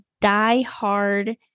die-hard